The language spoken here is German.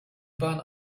bahn